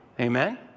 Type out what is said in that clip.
Amen